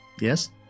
Yes